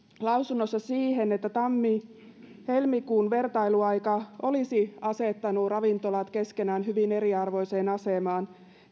siihen että tammi helmikuun vertailuaika olisi asettanut ravintolat keskenään hyvin eriarvoiseen asemaan